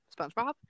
SpongeBob